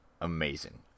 Amazing